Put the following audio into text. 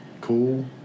cool